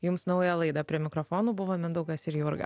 jums naują laidą prie mikrofonų buvo mindaugas ir jurga